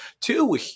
Two